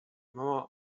mama